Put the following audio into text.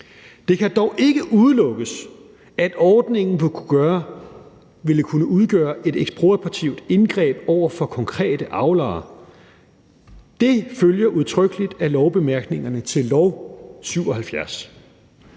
Det kan dog ikke udelukkes, at ordningen vil kunne udgøre et ekspropriativt indgreb over for konkrete avlere. Det følger udtrykkeligt af lovbemærkningerne til lovforslag